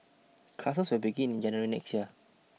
classes will begin in January next year